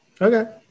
Okay